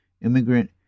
immigrant